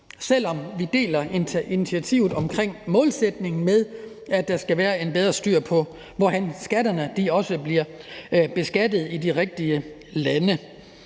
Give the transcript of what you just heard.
selv om vi deler initiativet omkring målsætningen med, at der skal være bedre styr på, hvordan der også bliver beskattet i de rigtige lande.